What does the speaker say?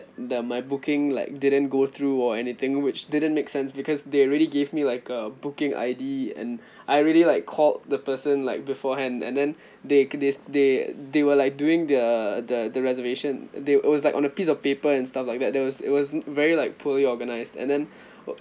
the my booking like didn't go through or anything which didn't make sense because they already gave me like a booking I_D and I really like called the person like beforehand and then they they they they were like doing their the the reservation they were it was like on a piece of paper and stuff like that there was it was very like poorly organised and then